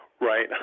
right